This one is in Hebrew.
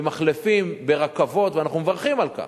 במחלפים, ברכבות, ואנחנו מברכים על כך.